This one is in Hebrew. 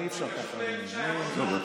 אתה גם, נציג של,